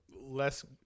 less